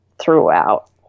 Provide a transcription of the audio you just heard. throughout